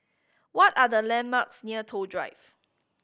what are the landmarks near Toh Drive